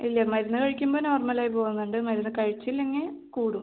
ഇല്ല മരുന്ന് കഴിക്കുമ്പോൾ നോർമൽ ആയി പോവുന്നുണ്ട് മരുന്ന് കഴിച്ചില്ലെങ്കിൽ കൂടും